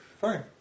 Fine